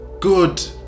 good